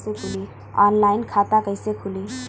Online खाता कइसे खुली?